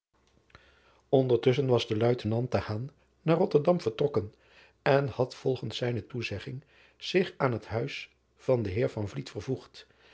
ndertusschen was de uitenant naar otterdam vertrokken en had volgens zijne toezegging zich aan het huis van den eer vervoegd